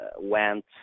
went